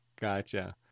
Gotcha